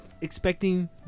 expecting